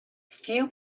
few